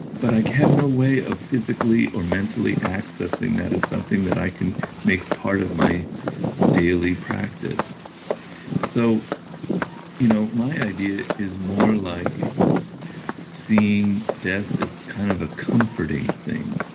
but i have no way of physically or mentally accessing that is something that i can make part of my daily practice so you know my idea is more like seeing death as kind of a comforting thing.